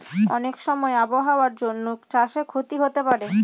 অনেক সময় আবহাওয়ার জন্য চাষে ক্ষতি হতে পারে